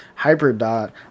Hyperdot